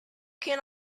can